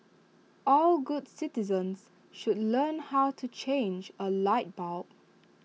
all good citizens should learn how to change A light bulb